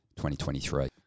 2023